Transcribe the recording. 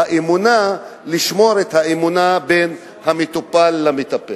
לשמור את האמון בין המטופל למטפל.